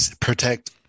protect